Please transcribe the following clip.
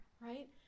right